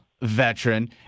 veteran